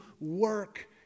work